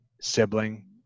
sibling